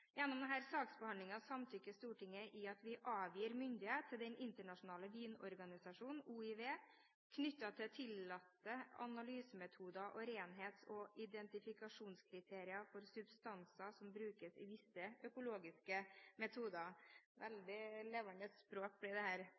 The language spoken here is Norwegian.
Gjennom denne saksbehandlingen samtykker Stortinget i at vi avgir myndighet til den internasjonale vinorganisasjonen, OIV, knyttet til tillatte analysemetoder og renhets- og identifikasjonskriterier for substanser som brukes i visse økologiske metoder.